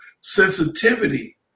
sensitivity